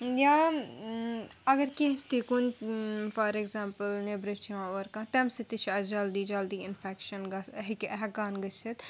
یا اگر کیٚنٛہہ تہِ کُنہِ فار اٮ۪گزامپٕل نیٚبرٕ چھِ یِوان اور کانٛہہ تَمہِ سۭتۍ تہِ چھِ اَسہِ جلدی جلدی اِنفٮ۪کشَن گژھِ ہیٚکہِ ہٮ۪کان گٔژھِتھ